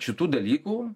šitų dalykų